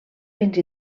fins